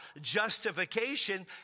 justification